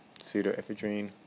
pseudoephedrine